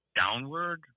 downward